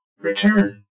Return